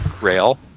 rail